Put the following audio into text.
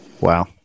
Wow